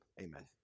Amen